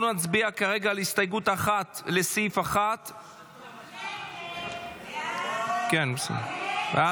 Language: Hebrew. אנחנו נצביע כרגע על הסתייגות 1, לסעיף 1. הצבעה.